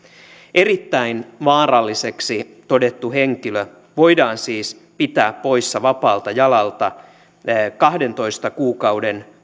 erittäin vaaralliseksi todettu henkilö voidaan siis pitää poissa vapaalta jalalta kahdentoista kuukauden